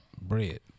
bread